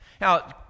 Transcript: Now